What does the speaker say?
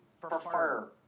prefer